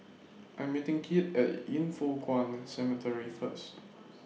I'm meeting Kit At Yin Foh Kuan Cemetery First